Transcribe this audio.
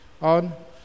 on